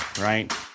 right